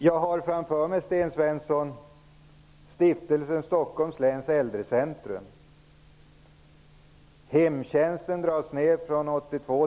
Vi har nyligen kunnat se sådana exempel i TV.